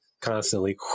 constantly